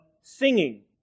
singing